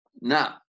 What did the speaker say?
Now